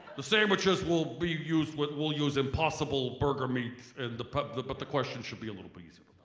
the sandwiches will be used with, will use impossible burger meats and the public but the questions should be a little bit easier.